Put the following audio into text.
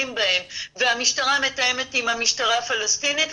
בהם והמשטרה מתאמת עם המשטרה הפלסטינית,